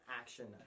action